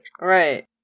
Right